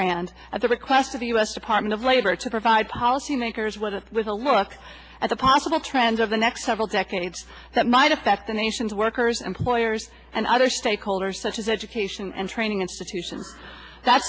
rand at the request of the u s department of labor to provide policymakers what it was a look at the possible trends of the next several decades that might affect the nation's workers employers and other stakeholders such as education and training institutions that